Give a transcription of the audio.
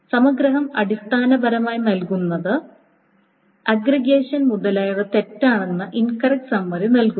സംഗ്രഹം അടിസ്ഥാനപരമായി നൽകുന്നത് അഗ്രഗേഷൻ മുതലായവ തെറ്റാണെന്ന് ഇൻകറക്റ്റ് സമ്മറി നൽകുന്നു